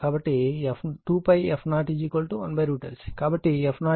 కాబట్టి f0 విలువ 100 hertz ఇవ్వబడింది